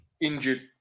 injured